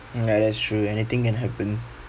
ya that's true anything can happen